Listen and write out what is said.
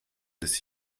this